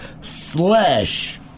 slash